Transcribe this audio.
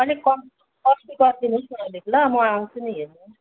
अलिक कम्ती कम्ती गरिदिनु होस् न अलिक ल म आउँछु नि हेर्नु